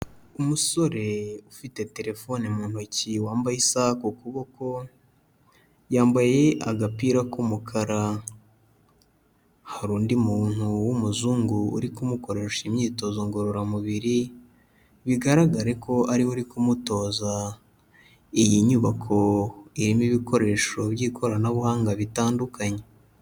Umusore ufite telefone mu ntoki wambaye isaha ku kuboko, yambaye agapira k'umukara, hari undi muntu w'umuzungu uri kumukoresha imyitozo ngororamubiri, bigaragare ko ariwe uri kumutoza. Iyi nyubako irimo ibikoresho by'ikoranabuhanga bitandukanye.